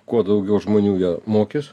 kuo daugiau žmonių jie mokys